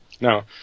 Now